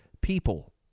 people